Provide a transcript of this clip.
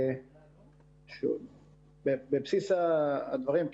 בבסיס הדברים,